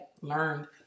learned